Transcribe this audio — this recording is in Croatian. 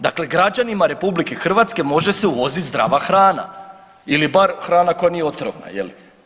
Dakle, građanima RH može se uvozit zdrava hrana ili bar hrana koja nije otrovna je li.